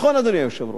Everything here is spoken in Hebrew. נכון, אדוני היושב-ראש.